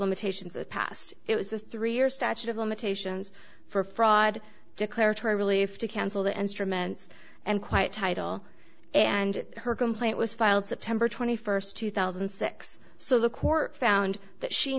limitations and passed it was a three year statute of limitations for fraud declaratory relief to cancel the instruments and quiet title and her complaint was filed september twenty first two thousand and six so the court found that she